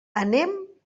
anem